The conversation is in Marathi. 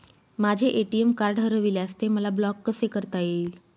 माझे ए.टी.एम कार्ड हरविल्यास ते मला ब्लॉक कसे करता येईल?